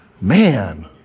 Man